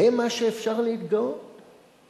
זה מה שאפשר להתגאות בו?